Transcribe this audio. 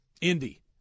indy